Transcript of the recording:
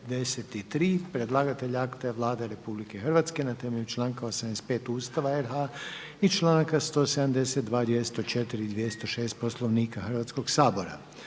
Predlagatelj zakona je Vlada RH. Na temelju članka 85. Ustava RH i članka 172. i 204. Poslovnika Hrvatskog sabora,